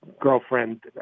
girlfriend